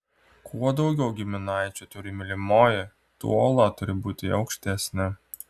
kuo daugiau giminaičių turi mylimoji tuo uola turi būti aukštesnė